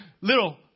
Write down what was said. little